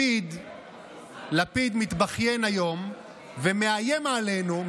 לפיד מתבכיין היום ומאיים עלינו,